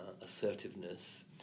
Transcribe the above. assertiveness